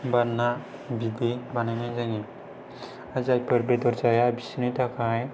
बा ना बिदि बानायनाय जायो जायफोर बेदर जाया बिसोरनि थाखाय